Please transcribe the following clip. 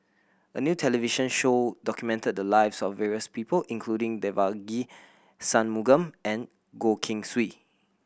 a new television show documented the lives of various people including Devagi Sanmugam and Goh Keng Swee